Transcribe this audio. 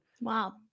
Wow